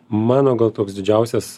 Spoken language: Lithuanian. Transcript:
mano gal toks didžiausias